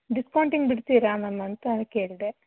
discounting ಬಿಡ್ತೀರಾ ma'am ಅಂತ ಕೇಳಿದೆ